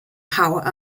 powered